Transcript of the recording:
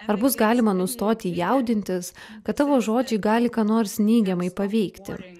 ar bus galima nustoti jaudintis kad tavo žodžiai gali ką nors neigiamai paveikti